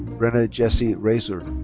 brenna jessie raisor.